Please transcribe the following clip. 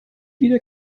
wieder